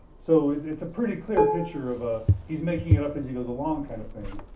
so, it's it's a pretty clear picture of ah he's making it up as he goes along kind of thing,